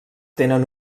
tenen